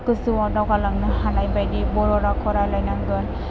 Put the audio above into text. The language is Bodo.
गोजौआव दावगालांनो हानायबायदि बर' रावखौ रायज्लायनांगोन